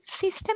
system